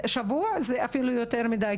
שבוע זה אפילו יותר מדי,